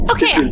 Okay